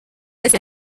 ese